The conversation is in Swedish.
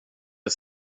ett